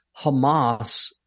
Hamas